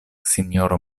sinjoro